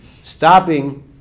stopping